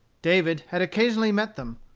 david had occasionally met them.